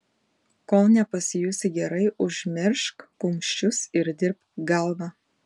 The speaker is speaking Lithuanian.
kol nepasijusi gerai užmiršk kumščius ir dirbk galva